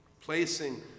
Placing